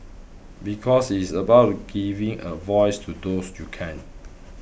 because it is about giving a voice to those you can't